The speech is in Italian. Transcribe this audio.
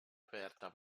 aperta